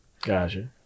Gotcha